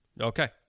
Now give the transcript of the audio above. Okay